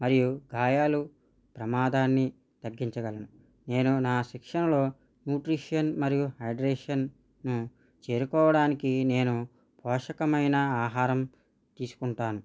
మరియు గాయాలు ప్రమాదాన్ని తగ్గించగలను నేను నా శిక్షణలో న్యూట్రిషన్ మరియు హైడ్రేషన్ను చేరుకోడానికి నేను పోషకమైన ఆహారం తీసుకుంటాను